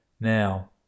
now